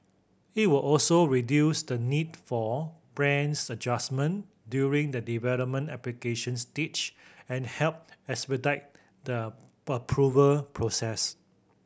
it will also reduce the need for prams adjustment during the development application stage and help expedite the approval process